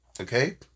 Okay